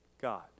God